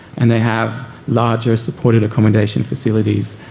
and they have larger supported accommodation facilities,